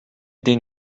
den